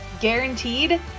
guaranteed